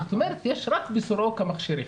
זאת אומרת יש רק בסורוקה מכשיר אחד.